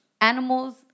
animals